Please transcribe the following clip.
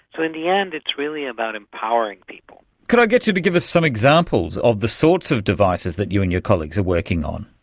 so in the end it's really about empowering people. could i get you to give us some examples of the sorts of devices that you and your colleagues are working on?